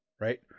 right